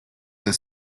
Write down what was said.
that